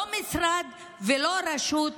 לא משרד ולא הרשות,